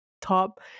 top